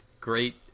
great